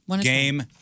Game